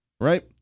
Right